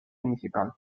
municipal